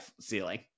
ceiling